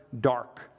dark